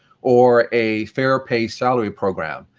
or a fair-pay salary programme.